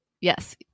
yes